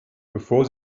bevor